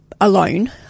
alone